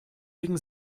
wegen